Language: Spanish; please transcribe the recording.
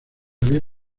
había